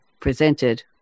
presented